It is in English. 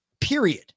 Period